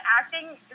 acting